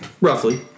roughly